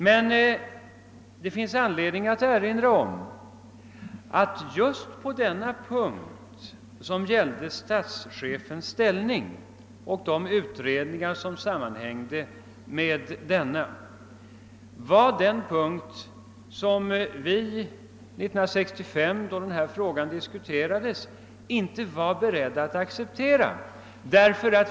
Men det finns anledning att erinra om att just denna punkt, som gällde statschefens ställning och de utredningar som sammanhängde med denna, var den punkt som vi 1965 inte var beredda att acceptera.